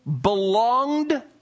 belonged